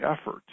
effort